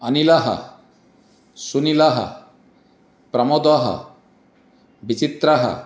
अनिलः सुनिलः प्रमोदः विचित्रः